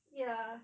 ya